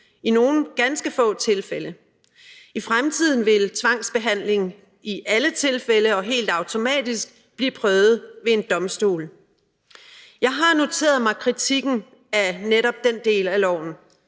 i nogle ganske få tilfælde. I fremtiden vil tvangsbehandling i alle tilfælde og helt automatisk blive prøvet ved en domstol. Jeg har noteret mig kritikken af netop den del af loven,